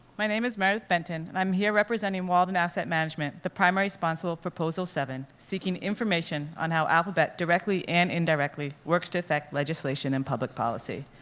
my name is meredith benton, and i'm here representing walden asset management, the primary sponsor of proposal seven, seeking information on how alphabet directly and indirectly works to affect legislation and public policy.